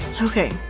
okay